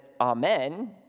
amen